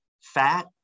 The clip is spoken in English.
fat